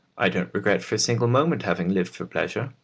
i don't regret for a single moment having lived for pleasure.